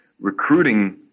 recruiting